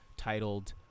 titled